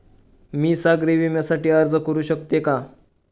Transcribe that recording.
मी सागरी विम्यासाठी अर्ज करू शकते का?